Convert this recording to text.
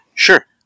Sure